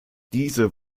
diese